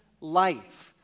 life